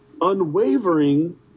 unwavering